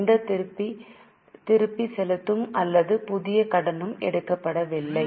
எந்த திருப்பிச் செலுத்தும் அல்லது புதிய கடனும் எடுக்கப்படவில்லை